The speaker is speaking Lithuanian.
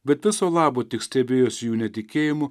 bet viso labo tik stebėjosi jų netikėjimu